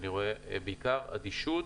אני רואה בעיקר אדישות